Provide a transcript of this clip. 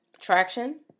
Traction